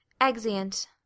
Exeunt